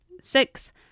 Six